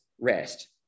rest